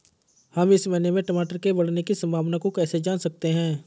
हम इस महीने में टमाटर के बढ़ने की संभावना को कैसे जान सकते हैं?